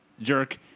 jerk